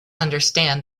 understand